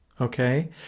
okay